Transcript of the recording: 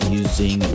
using